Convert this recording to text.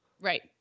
Right